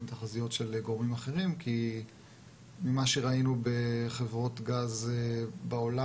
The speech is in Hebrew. תחזיות של גורמים אחרים כי ממה שראינו בחברות גז בעולם,